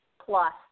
plus